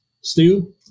Stu